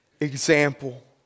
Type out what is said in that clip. example